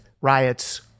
riots